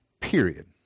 period